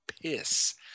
piss